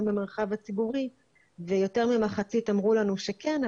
במרחב הציבורי ויותר ממחצית אמרו לנו שכן,